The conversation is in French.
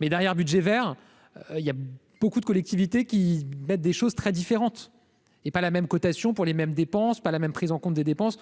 mais derrière budget Vert il y a beaucoup de collectivités qui mettent des choses très différentes et pas la même cotation pour les mêmes dépenses par la même prise en compte des dépenses,